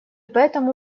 поэтому